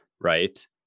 Right